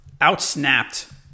outsnapped